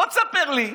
בוא תספר לי,